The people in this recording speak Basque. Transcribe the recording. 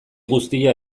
guztia